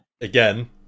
Again